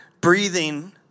Breathing